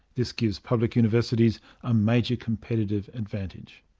this gives public universities a major competitive advantage.